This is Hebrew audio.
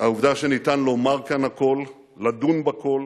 העובדה שאפשר לומר כאן הכול, לדון בכול,